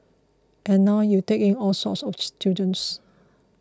and now you take in all sorts of students